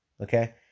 okay